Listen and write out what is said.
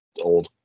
old